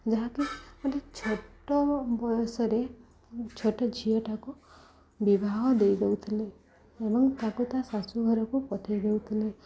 ଯାହାକି ଗୋଟେ ଛୋଟ ବୟସରେ ଛୋଟ ଝିଅଟାକୁ ବିବାହ ଦେଇ ଦେଉଥିଲେ ଏବଂ ତାକୁ ତା ଶାଶୁଘରକୁ ପଠେଇ ଦେଉଥିଲେ